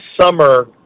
summer